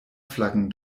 flaggen